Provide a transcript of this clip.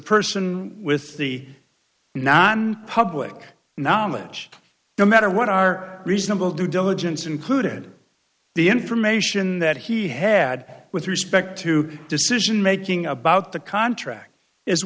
person with the non public knowledge no matter what are reasonable due diligence included the information that he had with respect to decision making about the contract is